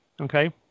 okay